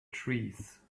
trees